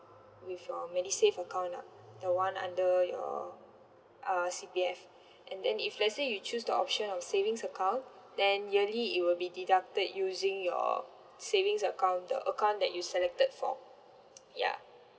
with your medisave account lah the one under your uh C_P_F and then if let's say you choose the option of savings account then yearly it will be deducted using your savings account the account that you selected for ya